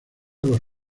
los